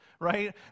right